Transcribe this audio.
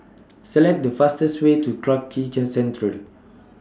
Select The fastest Way to Clarke Quay Central